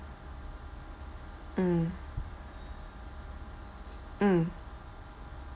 mm mm